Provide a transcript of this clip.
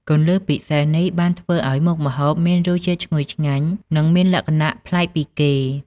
គន្លឹះពិសេសនេះបានធ្វើឱ្យមុខម្ហូបមានរសជាតិឈ្ងុយឆ្ងាញ់និងមានលក្ខណៈប្លែកពីគេ។